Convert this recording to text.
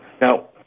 Now